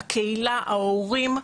הקהילה, ההורים,